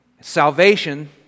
Salvation